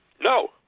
No